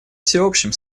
всеобщим